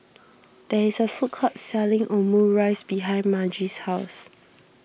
there is a food court selling Omurice behind Margy's house